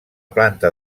planta